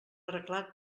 arreglat